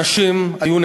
הנרטיב שאני מכירה הוא,